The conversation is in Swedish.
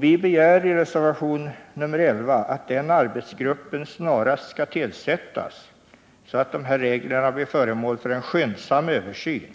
Vi begär i reservation nr 11 att den arbetsgruppen snarast skall tillsättas, så att de här reglerna blir föremål för en skyndsam översyn,